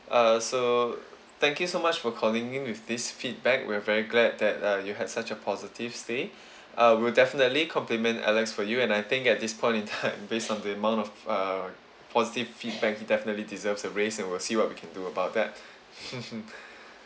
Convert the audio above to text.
uh so thank you so much for calling in with this feedback we're very glad that uh you had such a positive stay uh we'll definitely complement alex for you and I think at this point in time based on the amount of err positive feedback he definitely deserves a raise and we'll see what we can do about that